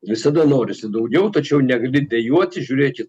visada norisi daugiau tačiau negali dejuoti žiūrėti